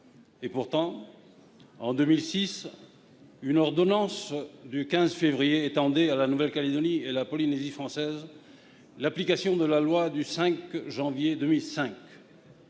Pourtant, une ordonnance du 15 février 2006 étendait à la Nouvelle-Calédonie et à la Polynésie française l'application de la loi du 5 janvier 2005